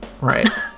Right